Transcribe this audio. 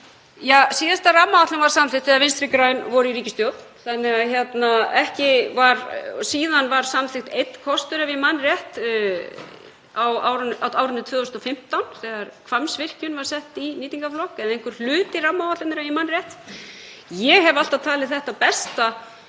Ja, síðasta rammaáætlun var samþykkt þegar Vinstri græn voru í ríkisstjórn. Síðan var samþykktur einn kostur, ef ég man rétt, á árinu 2015 þegar Hvammsvirkjun var sett í nýtingarflokk eða einhver hluti rammaáætlunar. Ég hef alltaf talið þetta besta